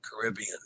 caribbean